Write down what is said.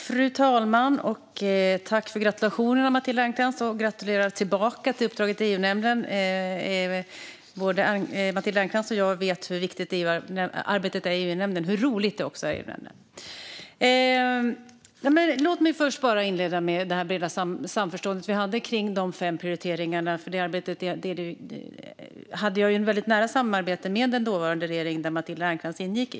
Fru talman! Tack för gratulationerna, Matilda Ernkrans! Jag gratulerar tillbaka till uppdraget i EU-nämnden! Både Matilda Ernkrans och jag vet hur viktigt och hur roligt arbetet är i EU-nämnden. Låt mig inleda med att tala om det breda samförstånd vi hade om de fem prioriteringarna för arbetet. Jag hade ett väldigt nära samarbete med den dåvarande regeringen där Matilda Ernkrans ingick.